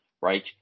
right